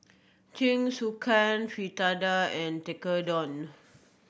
Jingisukan Fritada and Tekkadon